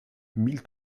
mille